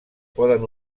poden